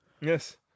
yes